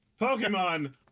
Pokemon